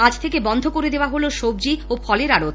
আজ থেকে বন্ধ করে দেওয়া হলো সবজি ও ফলের আড়ত